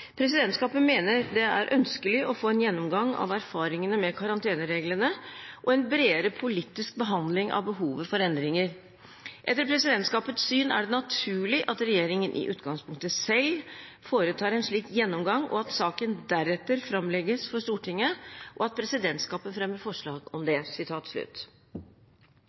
presidentskapet med henvisning til at retningslinjene om karantene sist ble revidert i september 2009: «Presidentskapet mener det er ønskelig å få en gjennomgang av erfaringene med karantenereglene, og en bredere politisk behandling av behovet for endringer. Etter presidentskapets syn er det naturlig at regjeringen i utgangspunktet selv foretar en slik gjennomgang, og at saken deretter framlegges for Stortinget , og at presidentskapet fremmer